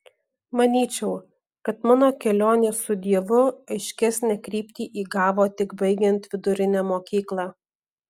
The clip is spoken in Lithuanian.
manyčiau kad mano kelionė su dievu aiškesnę kryptį įgavo tik baigiant vidurinę mokyklą